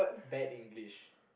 bad english